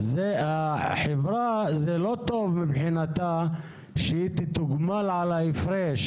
לא טוב שמבחינת החברה שהיא תתוגמל על ההפרש